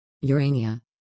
Urania